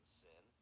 sin